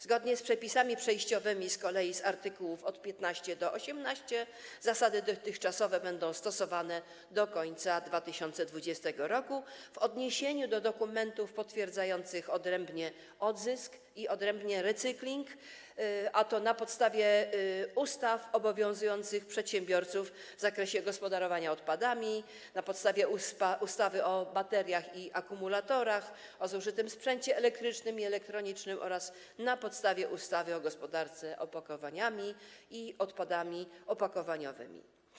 Zgodnie z przepisami przejściowymi zawartymi w art. 15–18 zasady dotychczasowe będą stosowane do końca 2020 r. w odniesieniu do dokumentów potwierdzających odrębnie odzysk i odrębnie recykling, a to na podstawie ustaw obowiązujących przedsiębiorców w zakresie gospodarowania odpadami, na podstawie ustawy o bateriach i akumulatorach, ustawy o zużytym sprzęcie elektrycznym i elektronicznym oraz na podstawie ustawy o gospodarce opakowaniami i odpadami opakowaniowymi.